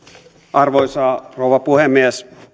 arvoisa rouva puhemies